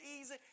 easy